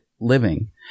living